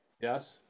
Yes